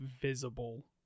visible